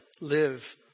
live